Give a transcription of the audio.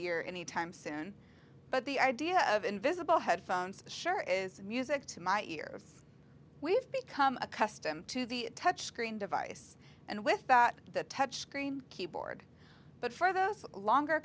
ear anytime soon but the idea of invisible headphones sure is music to my ear we've become accustomed to the touch screen device and with the touch screen keyboard but for those longer